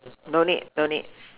don't need don't need